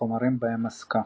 והחומרים בהם עסקה.